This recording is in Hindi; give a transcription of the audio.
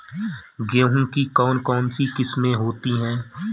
गेहूँ की कौन कौनसी किस्में होती है?